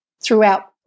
throughout